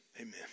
amen